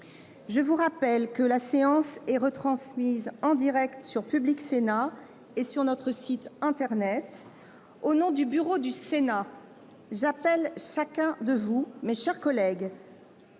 je vous rappelle que la séance est retransmise en direct sur Public Sénat et sur notre site internet. Au nom du bureau du Sénat, j’appelle chacun de vous à observer, au cours